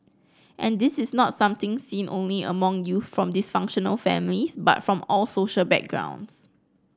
and this is not something seen only among youth from dysfunctional families but from all social backgrounds